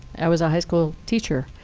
i was a high school teacher.